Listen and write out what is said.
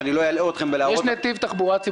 אני לא אלאה אתכם ואראה --- שר התחבורה והבטיחות בדרכים